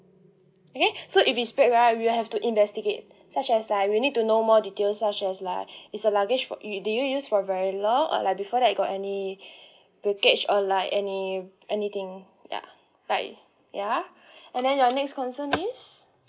okay so if it's big right we have to investigate such as like we need to know more details such as like is the luggage for each do you use for very long or like before that got any package or like any anything ya right ya and then your next concern is